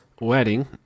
wedding